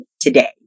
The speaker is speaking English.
today